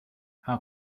how